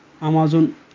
Amazon